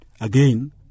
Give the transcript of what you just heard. Again